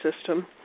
system